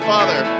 Father